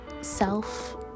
self